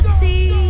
see